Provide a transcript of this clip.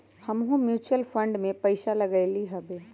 हमहुँ mutual fund में पइसा लगइली हबे